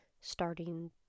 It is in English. starting